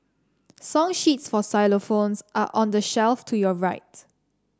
song sheets for xylophones are on the shelf to your right